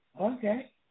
Okay